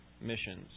missions